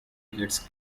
gets